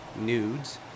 Nudes